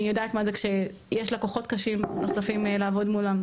אני יודעת מה זה כשיש לקוחות קשים נוספים לעבוד מולם,